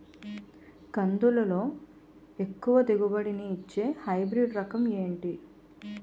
కందుల లో ఎక్కువ దిగుబడి ని ఇచ్చే హైబ్రిడ్ రకం ఏంటి?